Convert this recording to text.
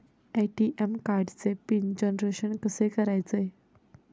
ATM कार्डचे PIN generation कसे करायचे?